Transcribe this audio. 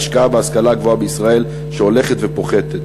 ההשקעה בהשכלה הגבוהה בישראל שהולכת ופוחתת."